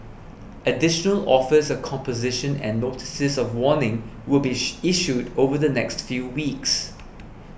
additional offers of composition and notices of warning will be issued over the next few weeks